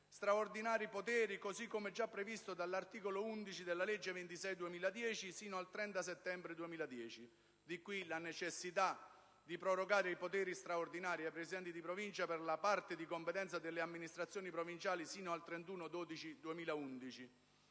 straordinari, così come già previsto dall'articolo 11 della legge n. 26 del 2010 sino al 30 settembre 2010. Di qui la necessità di prorogare i poteri straordinari ai presidenti delle Province per la parte di competenza delle amministrazioni provinciali sino al 31 dicembre